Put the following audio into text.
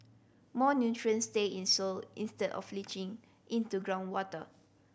more nutrients stay in soil instead of leaching into groundwater